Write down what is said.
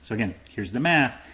so again, here's the math,